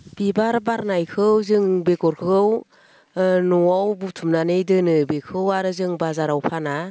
बिबार बारनायखौ जों बेगरखौ न'आव बुथुमनानै दोनो बेखौ आरो जों बाजाराव फाना